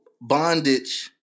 bondage